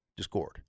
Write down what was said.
Discord